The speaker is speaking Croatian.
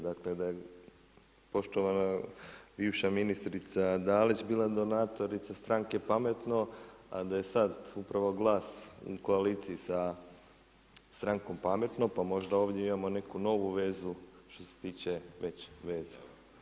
Dakle, da je poštovana bivša ministrica Dalić bila donatorica stranke Pametno, a da je sad upravo GLAS u koaliciji sa strankom Pametno, pa možda ovdje imamo neku novu vezu što se tiče već veza.